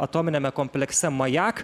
atominiame komplekse majak